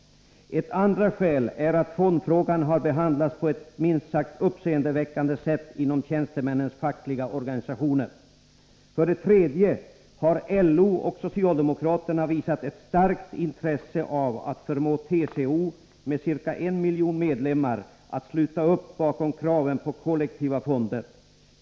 Ett andra skäl är att fondfrågan har behandlats på ett minst sagt uppseendeväckande sätt inom tjänstemännens fackliga organisationer. Ett tredje skäl är att LO och socialdemokraterna visat ett starkt intresse av att förmå TCO, med ca en miljon medlemmar, att sluta upp bakom kraven på kollektiva fonder.